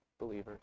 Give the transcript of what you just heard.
believers